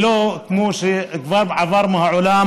ולא כמו שכבר עבר מהעולם,